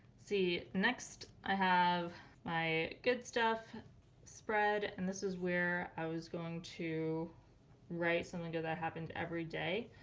see next i have my good stuff spread and this is where i was going to write something good that happened every day.